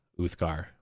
Uthgar